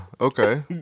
okay